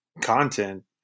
content